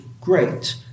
great